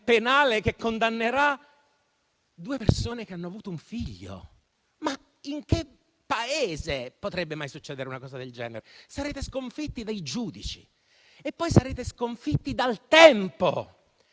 che condannerà due persone che hanno avuto un figlio? In che Paese potrebbe mai succedere una cosa del genere? Sarete sconfitti dai giudici e poi sarete sconfitti dal tempo,